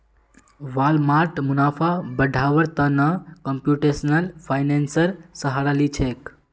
Walmart मुनाफा बढ़व्वार त न कंप्यूटेशनल फाइनेंसेर सहारा ली छेक